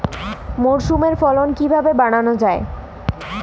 মাসরুমের ফলন কিভাবে বাড়ানো যায়?